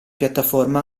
piattaforme